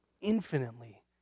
infinitely